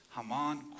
Haman